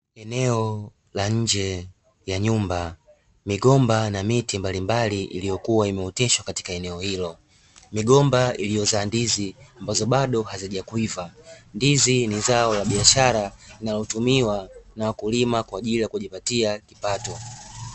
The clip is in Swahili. Eneo la nje ya nyumba, migomba na miti mbalimbali iliyokuwa imeoteshwa katika eneo hilo, migomba iliyozaa ndizi ambazo bado hazijakwiva, ndizi ni zao la biashara linalotumiwa na wakulima kwa ajili ya kujipatia kipato.